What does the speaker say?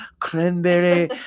cranberry